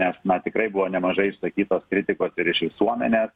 nes na tikrai buvo nemažai išsakytos kritikos ir iš visuomenės